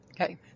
Okay